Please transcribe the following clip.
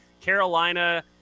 Carolina